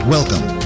Welcome